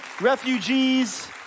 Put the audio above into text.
refugees